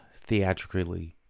theatrically